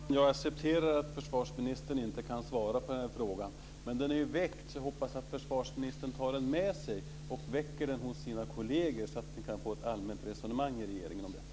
Fru talman! Jag accepterar att försvarsministern inte kan svara på den här frågan. Men den är nu väckt, så jag hoppas att försvarsministern tar den med sig och väcker den hos sina kolleger så att vi kan få ett allmänt resonemang i regeringen om detta.